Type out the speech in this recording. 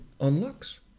unlocks